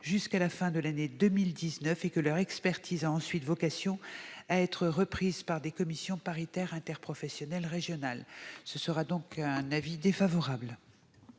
jusqu'à la fin de l'année 2019 et que leur expertise a ensuite vocation à être reprise par des commissions paritaires interprofessionnelles régionales. L'avis de la commission est donc défavorable.